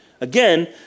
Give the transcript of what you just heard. Again